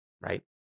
Right